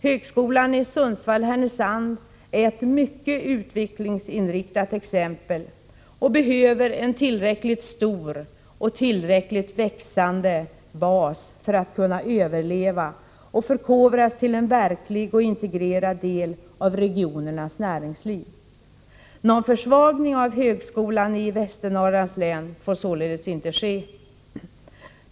Högskolan i Sundsvall-Härnösand är ett mycket utvecklingsinriktat exempel och behöver en tillräckligt stor — och tillräckligt växande — bas för att kunna överleva och förkovras till en verklig och integrerad del av regionernas näringsliv. Någon försvagning av högskolan i Västernorrlands län får således inte ske.